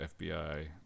fbi